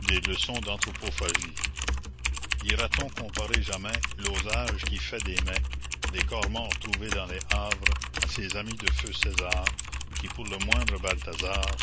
des leçons d'anthropophagie la commune ira t on comparer jamais l'osage qui fait des mets des corps morts trouvés dans les havre a ces amis de feu césar qui pour le moindre